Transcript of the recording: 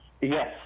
Yes